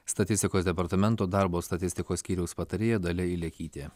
statistikos departamento darbo statistikos skyriaus patarėja dalia ilekytė